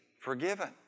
forgiven